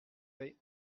vais